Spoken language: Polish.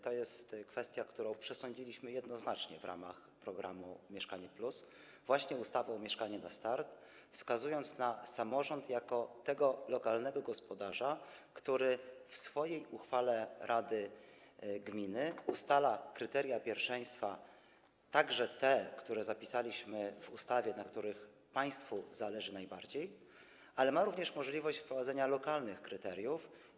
To jest kwestia, którą jednoznacznie przesądziliśmy w ramach programu „Mieszkanie +” właśnie ustawą „Mieszkanie na start”, wskazując na samorząd jako lokalnego gospodarza, który w swojej uchwale rady gminy ustala kryteria pierwszeństwa, także te, które zapisaliśmy w ustawie, na których państwu zależy najbardziej, ale ma również możliwość wprowadzenia lokalnych kryteriów.